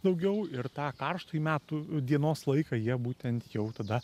daugiau ir tą karštąjį metų dienos laiką jie būtent jau tada